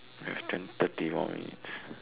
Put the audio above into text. we have ten thirty more minutes